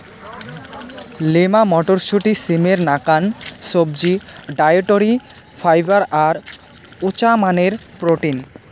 lima মটরশুঁটি, সিমের নাকান সবজি, ডায়েটরি ফাইবার আর উচামানের প্রোটিন